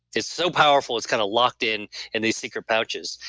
it's so powerful it's kind of locked-in in these secret pouches,